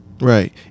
Right